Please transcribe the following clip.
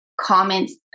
comments